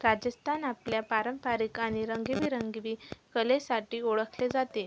राजस्थान आपल्या पारंपरिक आणि रंगीबिरंगी कलेसाठी ओळखले जाते